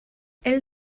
elle